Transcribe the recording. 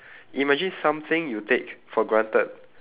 imagine something you take for granted